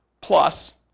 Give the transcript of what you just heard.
Plus